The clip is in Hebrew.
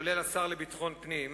כולל השר לביטחון הפנים,